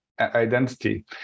identity